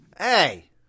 Hey